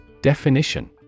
Definition